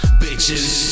bitches